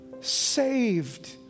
saved